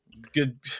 good